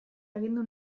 agindu